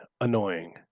annoying